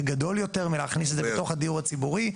זה גדול מכדי להכניס את זה בתוך הדיור הציבורי.